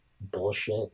bullshit